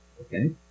Okay